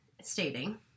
stating